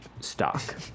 stock